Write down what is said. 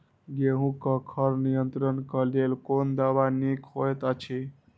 गेहूँ क खर नियंत्रण क लेल कोन दवा निक होयत अछि?